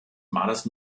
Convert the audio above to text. malers